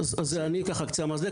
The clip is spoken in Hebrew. אז זה אני על קצה המזלג.